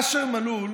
אשר מלול